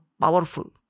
powerful